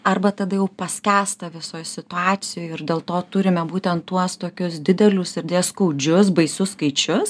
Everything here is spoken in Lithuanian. arba tada jau paskęsta visoj situacijoj ir dėl to turime būtent tuos tokius didelius ir deja skaudžius baisus skaičius